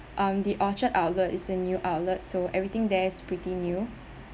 um the orchard outlet is a new outlet so everything there is pretty new